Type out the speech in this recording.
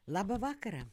labą vakarą